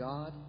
God